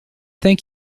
thank